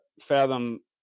fathom